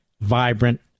vibrant